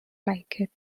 like